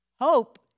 Hope